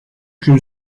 gün